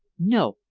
no.